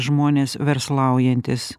žmonės verslaujantys